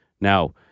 Now